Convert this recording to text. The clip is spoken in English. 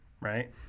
right